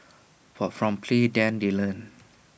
but from play than they learn